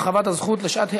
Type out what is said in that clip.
הרחבת הזכות לשעת היעדרות),